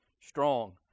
strong